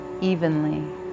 evenly